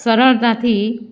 સરળતાથી